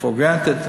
for granted,